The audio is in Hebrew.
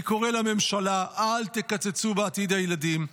קורא לממשלה: אל תקצצו בעתיד הילדים.